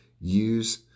use